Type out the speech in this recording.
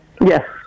Yes